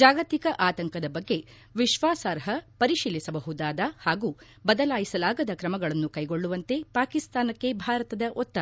ಜಾಗತಿಕ ಆತಂಕದ ಬಗ್ಗೆ ವಿಶ್ವಾಸಾರ್ಹ ಪರಿಶೀಲಿಸಬಹುದಾದ ಹಾಗೂ ಬದಲಾಯಿಸಲಾಗದ ಕ್ರಮಗಳನ್ನು ಕೈಗೊಳ್ಲುವಂತೆ ಪಾಕಿಸ್ನಾನಕ್ಕೆ ಭಾರತದ ಒತ್ತಾಯ